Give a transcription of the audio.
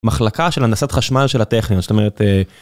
מחלקה של הנדסת חשמל של הטכניון, זאת אומרת...